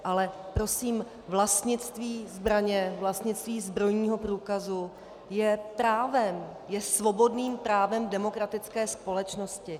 Ale prosím, vlastnictví zbraně, vlastnictví zbrojního průkazu je právem, je svobodným právem v demokratické společnosti.